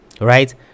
right